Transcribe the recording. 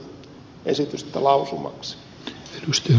tiusasen esitystä lausumaksi